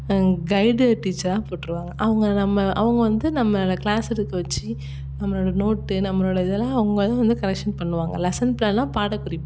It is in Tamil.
கைடு டீச்சராக போட்டிருவாங்க அவங்கள நம்ம அவங்க வந்து நம்மளை க்ளாஸ் எடுக்க வச்சி நம்மளோடய நோட்டு நம்மளோடய இதெல்லாம் அவங்க தான் வந்து கரெக்ஷன் பண்ணுவாங்க லெஸன் ப்ளான்னால் பாடக்குறிப்பு